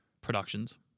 productions